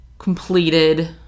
Completed